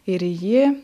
ir į jį